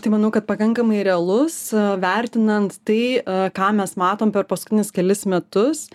tai manau kad pakankamai realus vertinant tai ką mes matom per paskutinius kelis metus